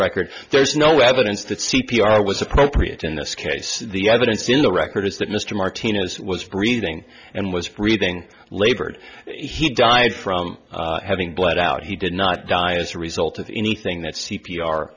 record there's no evidence that c p r was appropriate in this case the evidence in the record is that mr martinez was breathing and was reading labored he died from having blood out he did not die as a result of anything that